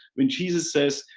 when jesus says,